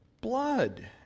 blood